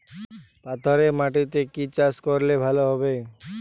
পাথরে মাটিতে কি চাষ করলে ভালো হবে?